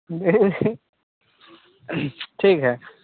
ठीक है